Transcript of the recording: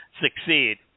succeed